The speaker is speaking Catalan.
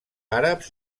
àrabs